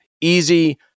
easy